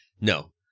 no